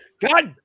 God